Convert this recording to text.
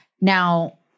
Now